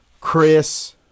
chris